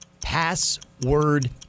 Password